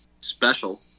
special